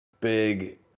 big